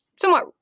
somewhat